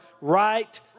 right